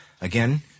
again